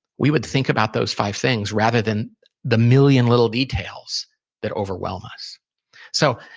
we would think about those five things, rather than the million little details that overwhelm us so,